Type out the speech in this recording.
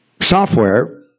software